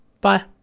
Bye